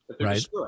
right